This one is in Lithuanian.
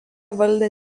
valdė